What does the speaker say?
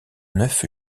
neuf